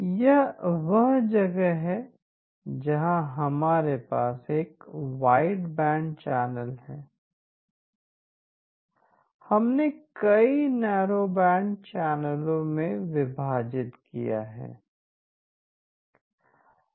यह वह जगह है जहां हमारे पास एक वाइट बैंड चैनल है हमने कई नैरोबैंड चैनलों में विभाजित किया हैं